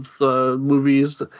movies